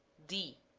d.